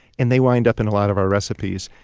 and they wind up in a lot of our recipes.